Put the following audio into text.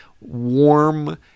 warm